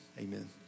amen